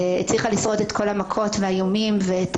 הצליחה לשרוד את כל המכות והאיומים ואת